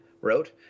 Wrote